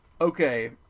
Okay